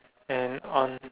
and on